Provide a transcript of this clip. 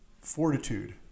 fortitude